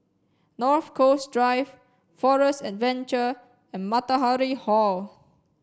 North Coast Drive Forest Adventure and Matahari Hall